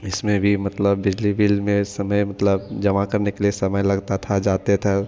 इसमें भी मतलब बिजली बिल में समय मतलब जमा करने के लिए समय लगता था जाते थे